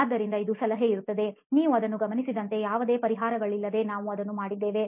ಆದ್ದರಿಂದ ಇದು ಸಲಹೆ ಇರುತ್ತದೆನೀವು ಅದನ್ನು ಗಮನಿಸಿದಂತೆ ಯಾವುದೇ ಪರಿಹಾರಗಳಿಲ್ಲದೆ ನಾವು ಅದನ್ನು ಮಾಡಿದ್ದೇವೆ